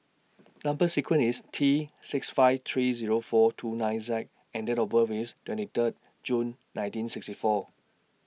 Number sequence IS T six five three Zero four two nine Z and Date of birth IS twenty Third June nineteen sixty four